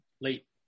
late